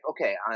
okay